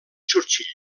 churchill